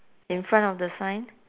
in front of the sign